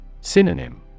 Synonym